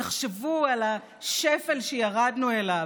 תחשבו על השפל שירדנו אליו.